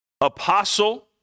Apostle